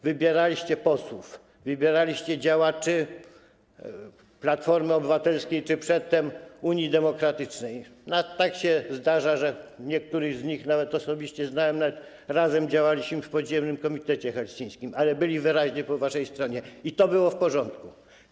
Wybieraliście posłów, wybieraliście działaczy Platformy Obywatelskiej czy przedtem Unii Demokratycznej - a tak się zdarza, że niektórych z nich nawet osobiście znałem, nawet razem działaliśmy w podziemnym Komitecie Helsińskim, ale byli wyraźnie po waszej stronie - i to było w porządku.